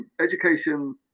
education